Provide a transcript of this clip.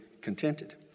contented